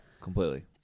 completely